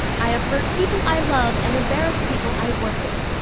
i have hurt people i love and embarrassed people i work with.